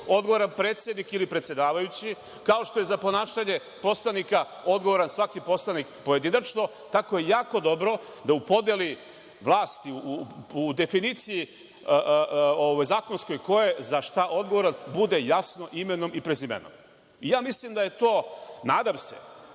odgovoran predsednik ili predsedavajući, kao što je za ponašanje poslanika odgovoran svaki poslanik pojedinačno, tako je jako dobro da u podeli vlasti, u zakonskoj definiciji ko je za šta odgovoran, bude jasno imenom i prezimenom. Ja mislim da je to, nadam se,